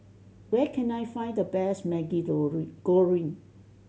where can I find the best Maggi Goreng goreng